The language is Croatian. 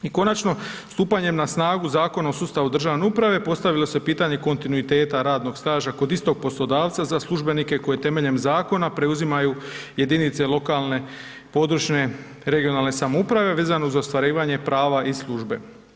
I konačno stupanjem na snagu Zakona o sustavu državne uprave postavilo se pitanje kontinuiteta radnog staža kod istog poslodavca za službenike koje temeljem zakona preuzimaju jedinice lokalne i područne (regionalne) samouprave vezano za ostvarivanje prava iz službe.